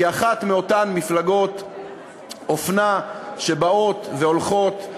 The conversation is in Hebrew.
כאחת מאותן מפלגות אופנה שבאות והולכות.